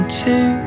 two